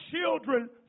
children